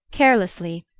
carelessly,